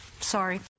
sorry